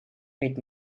rät